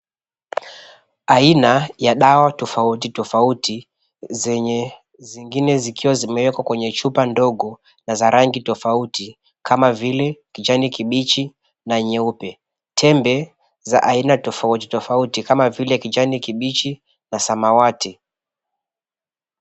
Aina ya dawa tofauti tofauti, zenye zingine zikiwa zimewekwa kwenye chupa ndogo na za rangi tofauti kama vile kijani kibichi na nyeupe. Tembe za aina tofauti tofauti kama vile kijani kibichi na samawati.